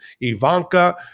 Ivanka